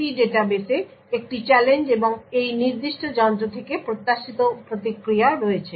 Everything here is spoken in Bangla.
CRP ডাটাবেসে একটি চ্যালেঞ্জ এবং এই নির্দিষ্ট যন্ত্র থেকে প্রত্যাশিত প্রতিক্রিয়া রয়েছে